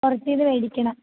പുറത്തുനിന്ന് മേടിക്കണം